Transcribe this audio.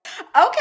okay